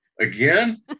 Again